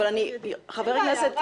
אין בעיה,